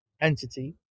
entity